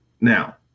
Now